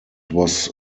was